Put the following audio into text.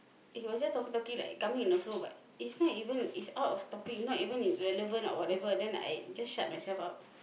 he was just talking talking like coming in a flow but is not even is out of topic not even relevant or whatever then I just shut myself out